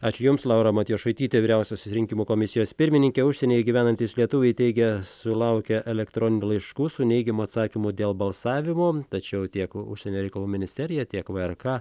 ačiū jums laura matjošaitytė vyriausiosios rinkimų komisijos pirmininkė užsienyje gyvenantys lietuviai teigia sulaukę elektroninių laiškų su neigiamu atsakymu dėl balsavimo tačiau tiek užsienio reikalų ministerija tiek vrk